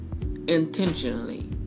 intentionally